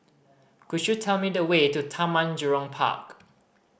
could you tell me the way to Taman Jurong Park